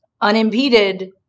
unimpeded